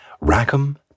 Rackham